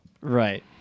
Right